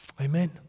Amen